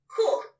Cool